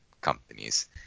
companies